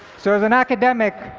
so as an academic,